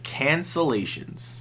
cancellations